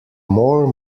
more